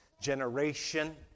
generation